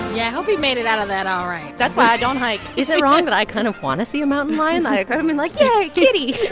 yeah, hope he made it out of that all right that's why i don't hike is it wrong that i kind of want to see a mountain lion? like, um and like, yeah yay, kitty